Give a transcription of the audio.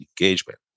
engagement